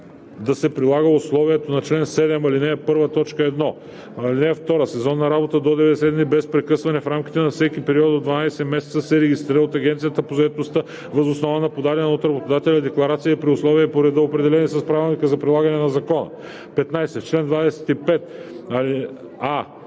да се прилага условието на чл. 7, ал. 1, т. 1. (2) Сезонна работа до 90 дни без прекъсване в рамките на всеки период от 12 месеца се регистрира от Агенцията по заетостта въз основа на подадена от работодателя декларация и при условия и по ред, определени с правилника за прилагане на закона.” 15. В чл. 25: а)